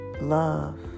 love